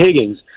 Higgins